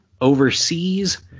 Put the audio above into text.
overseas